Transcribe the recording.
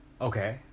Okay